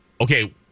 Okay